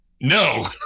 No